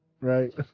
Right